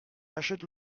achète